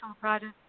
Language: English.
project